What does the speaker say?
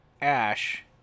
Ash